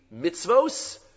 mitzvos